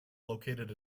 located